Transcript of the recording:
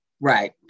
right